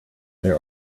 there